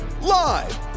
live